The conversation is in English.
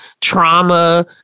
trauma